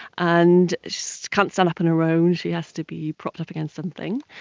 and she can't stand up on her own, she has to be propped up against something.